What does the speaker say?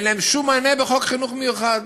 אין להם שום מענה בחוק חינוך מיוחד,